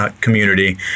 community